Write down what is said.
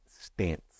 stance